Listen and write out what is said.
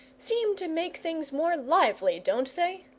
seem to make things more lively, don't they?